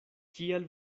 kial